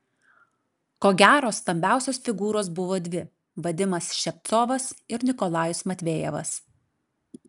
ko gero stambiausios figūros buvo dvi vadimas ševcovas ir nikolajus matvejevas